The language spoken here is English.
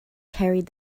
carried